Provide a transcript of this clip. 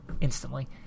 instantly